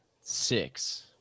six